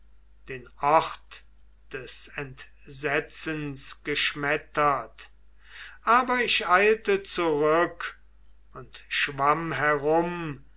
den ort des entsetzens geschmettert aber ich eilte zurück und schwamm herum